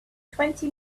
twenty